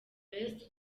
best